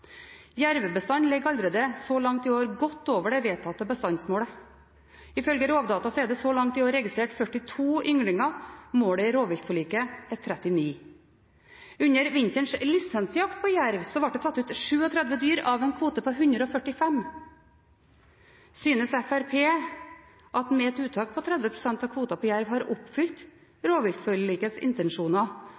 Jervebestanden ligger så langt i år allerede godt over det vedtatte bestandsmålet. Ifølge Rovdata er det så langt i år registrert 42 ynglinger. Målet i rovviltforliket er 39. Under vinterens lisensjakt på jerv ble det tatt ut 37 dyr av en kvote på 145. Synes Fremskrittspartiet at med et uttak på 30 pst. av kvoten på jerv har en oppfylt rovviltforlikets intensjoner